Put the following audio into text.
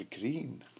green